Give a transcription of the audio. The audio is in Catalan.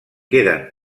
queden